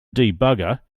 debugger